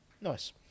Nice